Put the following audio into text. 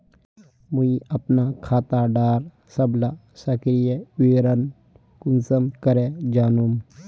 मुई अपना खाता डार सबला सक्रिय विवरण कुंसम करे जानुम?